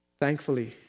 Thankfully